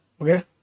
Okay